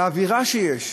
באווירה שיש,